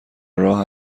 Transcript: راه